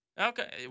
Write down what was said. Okay